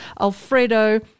Alfredo